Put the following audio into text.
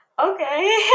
Okay